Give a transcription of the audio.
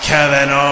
Kevin